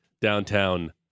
Downtown